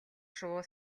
шувуу